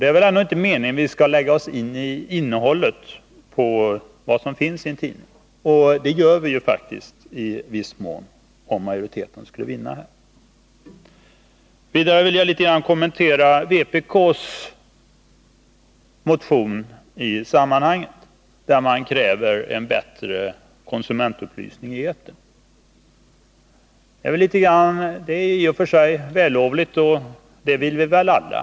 Det är väl ändå inte meningen att vi skall lägga oss i en tidnings innehåll, men det gör vi ju faktiskt i viss mån, om majoritetens förslag skulle vinna. Vidare vill jag något kommentera vpk:s motion i sammanhanget, i vilken man kräver en bättre konsumentupplysning i etern. Det är i och för sig vällovligt, och det är något som vi alla kan instämma i.